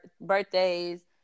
birthdays